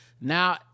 now